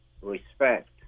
respect